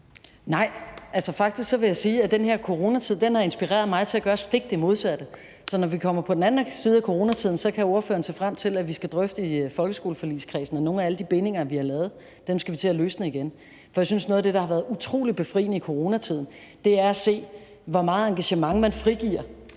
Nej, faktisk vil jeg sige, at den her coronatid har inspireret mig til at gøre det stik modsatte, så når vi kommer på den anden side af coronatiden, kan spørgeren se frem til, at vi i folkeskoleforligskredsen skal drøfte, at nogle af alle de bindinger, vi har lavet, skal vi til at løsne igen. For jeg synes, at noget af det, der har været utrolig befriende i coronatiden, har været at se, hvor meget engagement man frigiver,